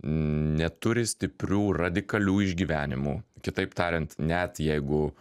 neturi stiprių radikalių išgyvenimų kitaip tariant net jeigu